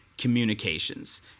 communications